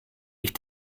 ich